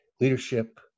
leadership